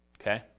Okay